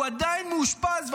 הוא עדיין מאושפז.